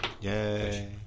Yay